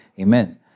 Amen